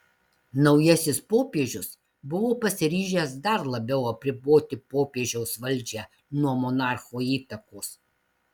naujasis popiežius buvo pasiryžęs dar labiau atriboti popiežiaus valdžią nuo monarcho įtakos